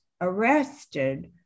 arrested